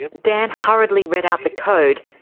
yeah dan hurriedly read out the code,